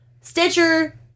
Stitcher